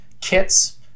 kits